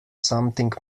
something